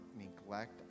neglect